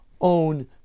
Own